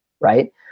Right